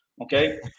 Okay